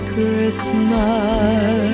Christmas